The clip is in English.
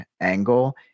angle